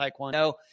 Taekwondo